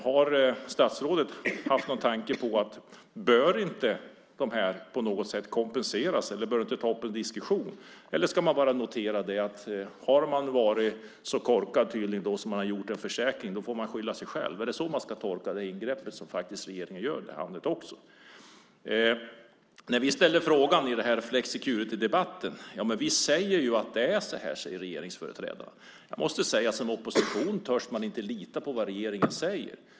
Har statsrådet haft någon tanke på detta: Bör inte folk kompenseras? Bör man inte ta upp en diskussion om detta? Eller ska man bara notera att om man tydligen har varit så korkad att man har gjort en försäkring så får man skylla sig själv? Är det så man ska tolka det ingrepp som regeringen faktiskt gör? När vi ställde frågan i flexicurity debatten sade regeringsföreträdaren: Ja, men vi säger ju att det är så här. Jag måste säga att i opposition törs man inte lita på vad regeringen säger.